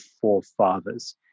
forefathers